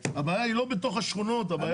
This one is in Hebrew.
הבעיה היא לא בתוך השכונות.